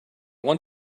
want